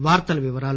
వార్తల వివరాలు